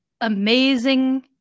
amazing